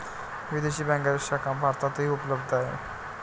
विदेशी बँकांच्या शाखा भारतातही उपलब्ध आहेत